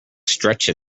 stretched